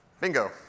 Bingo